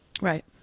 right